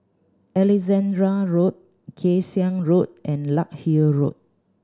Alexandra Road Kay Siang Road and Larkhill Road